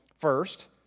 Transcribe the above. first